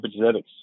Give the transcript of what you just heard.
epigenetics